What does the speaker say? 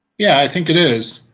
yeah, i think it is.